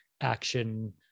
action